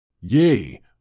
Yea